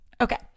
Okay